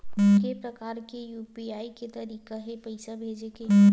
के प्रकार के यू.पी.आई के तरीका हे पईसा भेजे के?